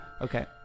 Okay